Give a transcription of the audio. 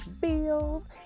bills